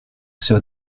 sur